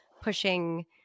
pushing